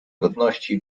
godności